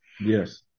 Yes